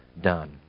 done